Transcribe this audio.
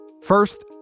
First